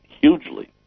hugely